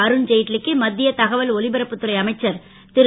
அருண்ஜேட்லிக்கு மத் ய தகவல் ஒலிபரப்புத் துறை அமைச்சர் ரு